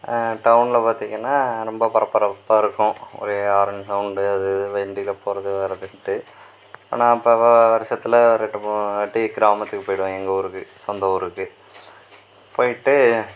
டவுன்ல பார்த்திங்கன்னா ரொம்ப பரபரப்பாக இருக்கும் ஒரே ஹாரன் சவுண்டு அது வண்டியில போகிறது வர்றதுன்ட்டு நான் இப்போ வருஷத்தில் ரெண்டு மூணு வாட்டி கிராமத்துக்கு போயிருவேன் எங்க ஊருக்கு சொந்த ஊருக்கு போய்ட்டு